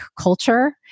culture